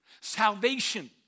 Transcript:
Salvation